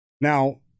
Now